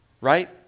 Right